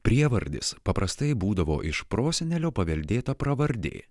prievardis paprastai būdavo iš prosenelio paveldėta pravardė